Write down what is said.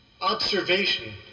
observation